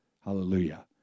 Hallelujah